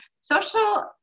social